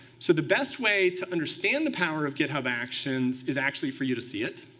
so the best way to understand the power of github actions is actually for you to see it.